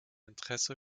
interesse